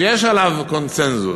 שיש עליו קונסנזוס,